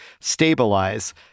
Stabilize